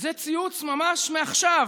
וזה ציוץ ממש מעכשיו,